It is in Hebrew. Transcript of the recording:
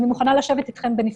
אני מוכנה לשבת איתכם בנפרד.